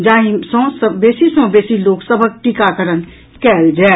जाहि सँ बेसी सँ बेसी लोक सभक टीकाकरण कयल जाय